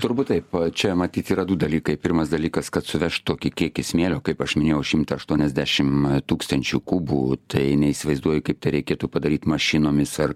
turbūt taip čia matyt yra du dalykai pirmas dalykas kad suvežt tokį kiekį smėlio kaip aš minėjau šimtą aštuoniasdešim tūkstančių kubų tai neįsivaizduoju kaip tai reikėtų padaryt mašinomis ar